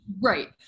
Right